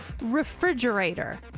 refrigerator